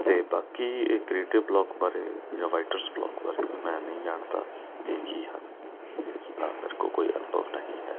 ਅਤੇ ਬਾਕੀ ਇਹ ਕ੍ਰਿਏਟਿਵ ਬਲੋਕ ਬਾਰੇ ਜਾਂ ਵਾਈਟਰਸ ਬਲੋਕ ਬਾਰੇ ਮੈਂ ਨਹੀਂ ਜਾਣਦਾ ਕਿ ਇਹ ਕੀ ਹਨ ਇਸ ਦਾ ਮੇਰੇ ਕੋਲ ਕੋਈ ਅਨੁਭਵ ਨਹੀਂ ਹੈ